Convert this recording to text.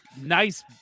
nice